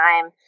time